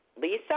Lisa